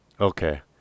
Okay